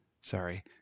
sorry